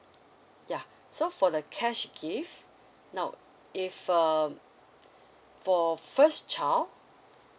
yeah so for the cash gift now if um for first child